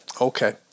Okay